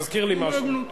זה מזכיר לי משהו.